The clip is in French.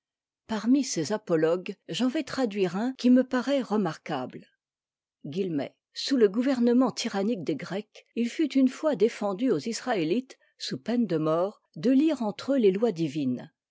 parmi ces apologues j'en vais traduire un qui me paraît remarquable sous le gouvernement tyrannique des grecs il fut une fois défendu aux israélites sous peine de mort de lire entre eux les lois divines